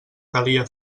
calia